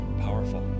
powerful